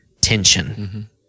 tension